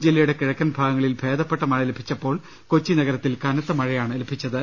ജില്ലയുടെ കിഴക്കൻ ഭാഗങ്ങളിൽ ഭേദപ്പെട്ട മഴ ലഭി ച്ചപ്പോൾ കൊച്ചി നഗരത്തിൽ കനത്ത മഴയാണ് ലഭിച്ചത്